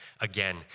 again